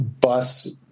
bus